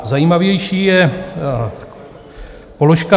Zajímavější je položka